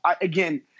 Again